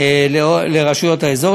לרשויות האזור.